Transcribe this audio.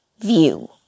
view